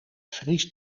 vriest